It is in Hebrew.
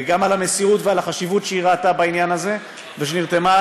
גם על המסירות ועל החשיבות שהיא ראתה בעניין הזה ועל שהיא נרתמה,